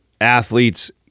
athletes